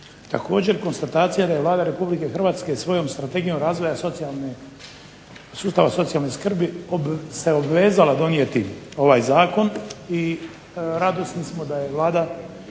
Također konstatacija da je Vlada Republike Hrvatske svojom Strategijom razvoja socijalne, sustava socijalne skrbi se obvezala donijeti ovaj Zakon i radosni smo da je Vlada